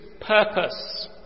purpose